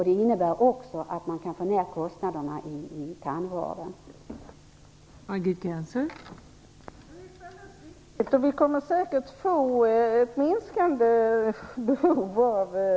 Det innebär också att kostnaderna i tandvården kan minskas.